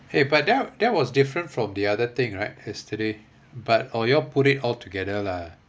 hey but there that was different from the other thing right yesterday but or you all put it all together lah